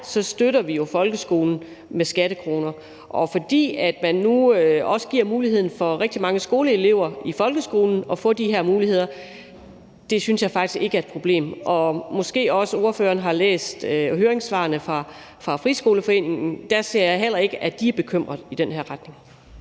vi støtter folkeskolen med skattekroner, og det, at man nu også giver rigtig mange skoleelever i folkeskolen mulighed for at få de her muligheder, synes jeg faktisk ikke er et problem. Måske ordføreren også har læst høringssvarene fra Friskoleforeningen. Der ser jeg heller ikke, at de har bekymringer i den retning.